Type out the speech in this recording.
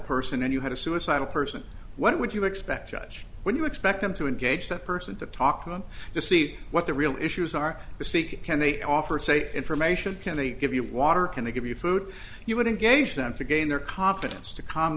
person and you had a suicidal person what would you expect judge when you expect them to engage that person to talk i'm to see what the real issues are the secret can they offer safe information can they give you water can they give you food you would engage them to gain their confidence to calm